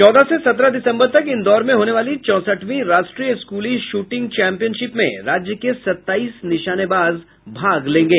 चौदह से सत्रह दिसम्बर तक इंदौर में होने वाली चौसठवीं राष्ट्रीय स्कूली शूटिंग चैम्पियनशिप में राज्य के सत्ताईस निशानेबाज भाग लेंगे